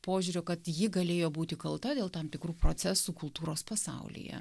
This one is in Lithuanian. požiūrio kad ji galėjo būti kalta dėl tam tikrų procesų kultūros pasaulyje